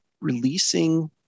releasing